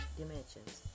dimensions